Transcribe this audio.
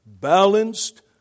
balanced